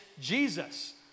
Jesus